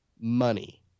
money